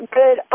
good